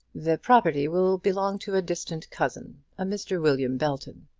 the property will belong to distant cousin a mr. william belton.